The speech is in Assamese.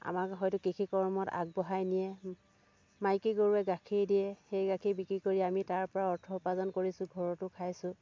আমাক হয়তো কৃষি কৰ্মত আগবঢ়াই নিয়ে মাইকী গৰুৱে গাখীৰ দিয়ে সেই গাখীৰ বিক্ৰী কৰি আমি তাৰ পৰা অৰ্থ উপাৰ্জন কৰিছোঁ ঘৰতো খাইছোঁ